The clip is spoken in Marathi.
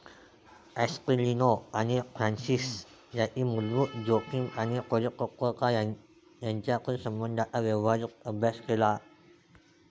ॲस्टेलिनो आणि फ्रान्सिस यांनी मूलभूत जोखीम आणि परिपक्वता यांच्यातील संबंधांचा व्यावहारिक अभ्यास केला